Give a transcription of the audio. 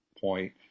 point